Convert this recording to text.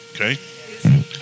Okay